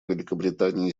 великобритании